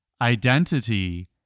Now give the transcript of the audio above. identity